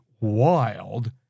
wild